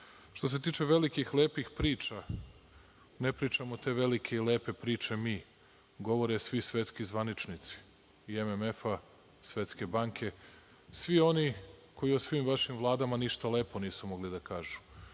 se tiče velikih, lepih priča, ne pričamo te velike i lepe priče mi, govore svi svetski zvaničnici i MMF-a, Svetske banke, svi oni koji o svim vašim vladama ništa lepo nisu mogli da kažu.